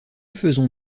faisons